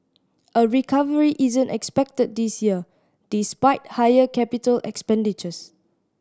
a recovery isn't expected this year despite higher capital expenditures